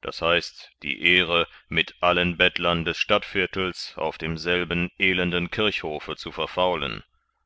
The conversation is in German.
das heißt die ehre mit allen bettlern des stadtviertels auf dem demselben elenden kirchhofe zu verfaulen